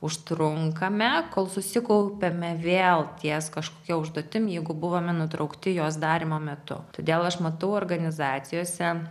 užtrunkame kol susikaupiame vėl ties kažkokia užduotim jeigu buvome nutraukti jos darymo metu todėl aš matau organizacijose